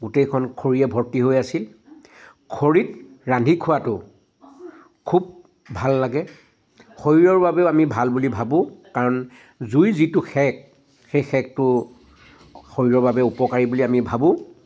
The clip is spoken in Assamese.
গোটেইখন খৰীৰে ভৰ্তি হৈ আছিল খৰীত ৰান্ধি খোৱাটো খুব ভাল লাগে শৰীৰৰ বাবেও আমি ভাল বুলি ভাবোঁ কাৰণ জুই যিটো সেক সেই সেকটো শৰীৰৰ বাবে উপকাৰী বুলি আমি ভাবোঁ